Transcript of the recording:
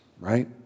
right